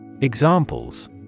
Examples